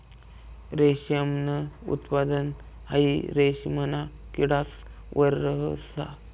रेशमनं उत्पादन हाई रेशिमना किडास वर रहास